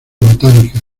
botánica